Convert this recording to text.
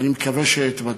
ואני מקווה שאתבדה.